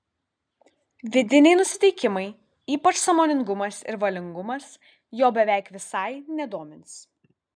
vidiniai nusiteikimai ypač sąmoningumas ir valingumas jo beveik visai nedomins